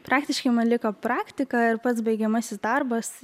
praktiškai man liko praktika ir pats baigiamasis darbas